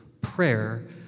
prayer